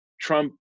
Trump